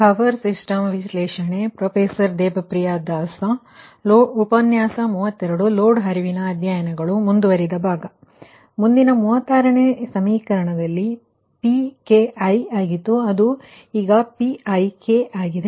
load flow ಅಧ್ಯಯನಗಳುಮುಂದುವರಿದ ಭಾಗ ಸರಿ ಮುಂದಿನ 36ನೇ ಸಮೀಕರಣರಲ್ಲಿ Pki ಆಗಿತ್ತು ಮತ್ತು ಅದು Pik ಆಗಿದೆ